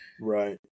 Right